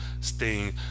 sting